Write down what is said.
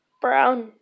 brown